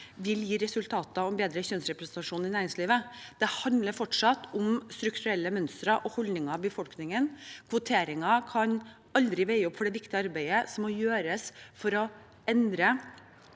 vil gi resultater og en bedre kjønnsrepresentasjon i næringslivet. Det handler fortsatt om strukturelle mønster og holdninger i befolkningen. Kvotering kan aldri veie opp for det viktige arbeidet som må gjøres for å endre